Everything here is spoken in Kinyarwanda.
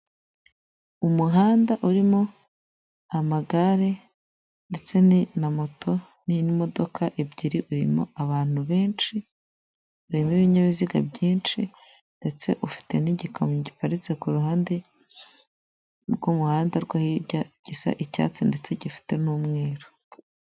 Umuhanda urimo amagare, ndetse na moto n'imodoka ebyiri, urimo abantu benshi, urimo ibinyabiziga byinshi, ndetse ufite n'igikamyo giparitse ku ruhande rw'umuhanda rwo hirya, gisa icyatsi ndetse gifite n'umweru.